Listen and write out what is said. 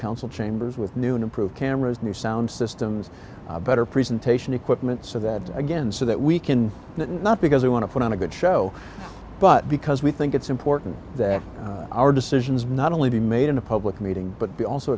council chambers with new and improved cameras new sound systems better presentation equipment so that again so that we can not because we want to put on a good show but because we think it's important that our decisions not only be made in a public meeting but also